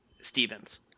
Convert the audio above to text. Stevens